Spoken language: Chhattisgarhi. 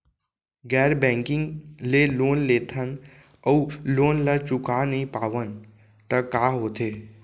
गैर बैंकिंग ले लोन लेथन अऊ लोन ल चुका नहीं पावन त का होथे?